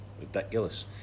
ridiculous